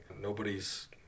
Nobody's